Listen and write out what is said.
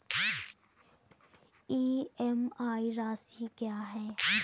EMI राशि क्या है?